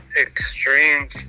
extremes